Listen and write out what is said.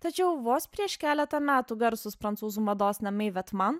tačiau vos prieš keletą metų garsūs prancūzų mados namaivetman